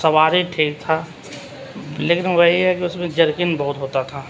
سواری ٹھیک تھا لیکن وہی ہے کہ اس میں جرکن بہت ہوتا تھا